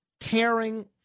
caring